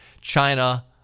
China